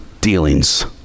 dealings